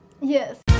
Yes